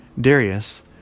Darius